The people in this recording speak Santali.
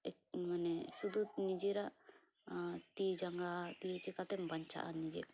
ᱢᱟᱱᱮ ᱥᱩᱫᱷᱩ ᱱᱤᱡᱮᱨᱟᱜ ᱛᱤ ᱡᱟᱸᱜᱟ ᱛᱤ ᱪᱮᱠᱟᱛᱮᱢ ᱵᱟᱧᱪᱟᱜᱼᱟ ᱱᱤᱡᱮ